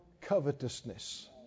covetousness